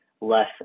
less